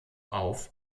auf